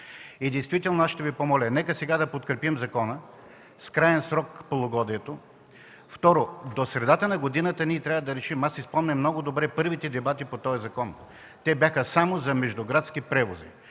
Действително, аз ще Ви помоля: нека сега да подкрепим закона с краен срок полугодието. Второ, до средата на годината ние трябва да решим. Аз си спомням много добре първите дебати по този закон. Те бяха само за междуградски превози.